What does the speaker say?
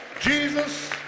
Jesus